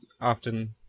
often